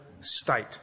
state